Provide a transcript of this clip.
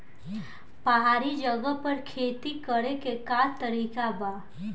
पहाड़ी जगह पर खेती करे के का तरीका बा?